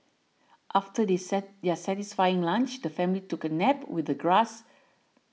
after they set their satisfying lunch the family took a nap with the grass